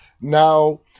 Now